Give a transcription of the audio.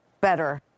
better